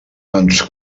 ens